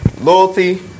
Loyalty